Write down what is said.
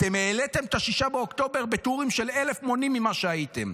אתם העליתם את 6 באוקטובר בטורים של אלף מונים ממה שהייתם.